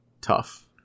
tough